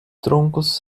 troncos